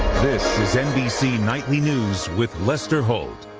this is nbc nightly news with lester holt.